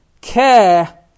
care